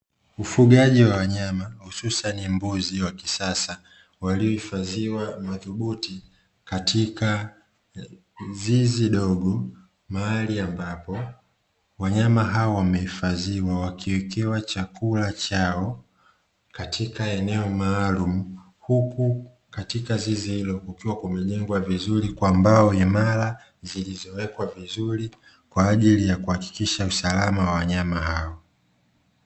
Ufugaji wa wanyama hususani mbuzi wa kisasa walio hifadhiwa madhubuti katika zizi dogo mahali, ambapo wanyama hawa wamehifadhiwa wakiwekewa chakula chao katika eneo maalumu. Huku katika zizi hilo limejengwa vizuri kwa mbao imara zilizowekwa vizuri kwajili ya kuhakikisha usalama wa wanyama hao.